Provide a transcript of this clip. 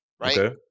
right